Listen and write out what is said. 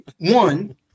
One